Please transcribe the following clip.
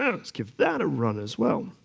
yeah let's give that a run as well.